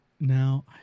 Now